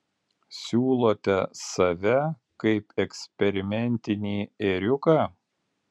siūlote save kaip eksperimentinį ėriuką